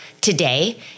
today